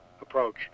approach